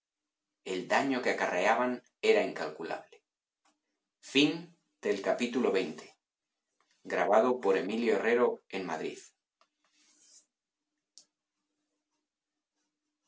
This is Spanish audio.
el daño que acarreaban era incalculable capitulo xxi con